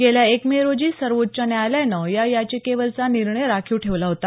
गेल्या एक मे रोजी सर्वोच्च न्यायालयानं या याचिकेवरचा निर्णय राखीव ठेवला होता